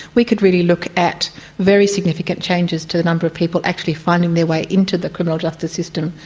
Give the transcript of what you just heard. we could really look at very significant changes to the number of people actually finding their way into the criminal justice system.